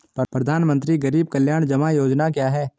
प्रधानमंत्री गरीब कल्याण जमा योजना क्या है?